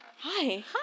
Hi